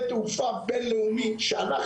אבל גם בהיבט של השקעות,